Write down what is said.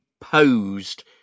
posed